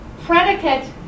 predicate